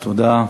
תודה,